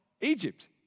Egypt